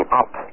up